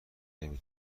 نمی